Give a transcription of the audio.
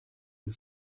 une